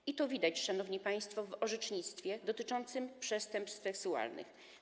I to widać, szanowni państwo, w orzecznictwie dotyczącym przestępstw seksualnych.